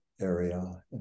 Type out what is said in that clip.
area